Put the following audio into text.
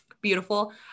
beautiful